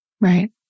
right